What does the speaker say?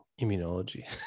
immunology